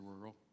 world